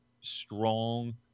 strong